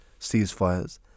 ceasefires